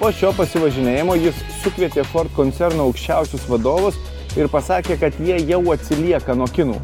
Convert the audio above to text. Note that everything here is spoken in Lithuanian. po šio pasivažinėjimo jis sukvietė ford koncerno aukščiausius vadovus ir pasakė kad jie jau atsilieka nuo kinų